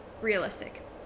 realistic